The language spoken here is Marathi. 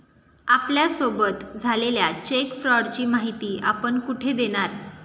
आपल्यासोबत झालेल्या चेक फ्रॉडची माहिती आपण कुठे देणार?